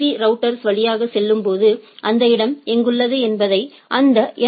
பீ router வழியாக செல்லும்போது அந்த இடம் எங்குள்ளது என்பதை அந்த என்